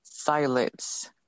Silence